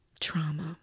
trauma